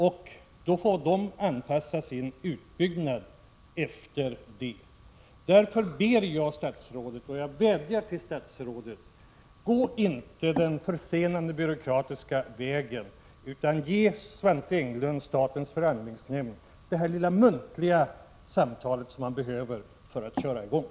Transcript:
Sedan får de anpassa sin utbyggnad efter det. Jag vädjar till statsrådet: Gå inte den försenande byråkratiska vägen utan ge Svante Englund på statens förhandlingsnämnd det muntliga besked som han behöver för att köra i gång.